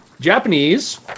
Japanese